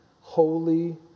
holy